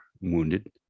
wounded